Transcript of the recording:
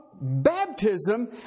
baptism